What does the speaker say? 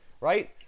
right